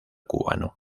cubano